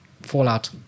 Fallout